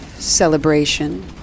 celebration